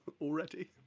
already